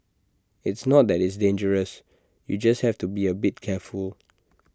it's not that it's dangerous you just have to be A bit careful